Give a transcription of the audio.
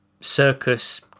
circus